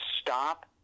stop